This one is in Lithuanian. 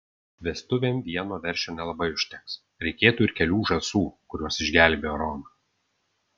vestuvėm vieno veršio nelabai užteks reikėtų ir kelių žąsų kurios išgelbėjo romą